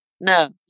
no